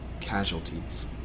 casualties